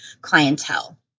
clientele